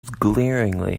glaringly